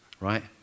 right